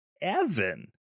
Evan